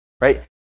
right